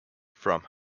from